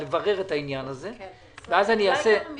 דיברנו על